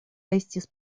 estis